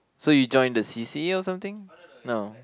so you joined the c_c_a or something no